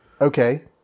Okay